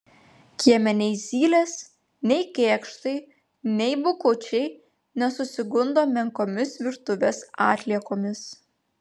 kieme nei zylės nei kėkštai nei bukučiai nesusigundo menkomis virtuvės atliekomis